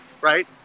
right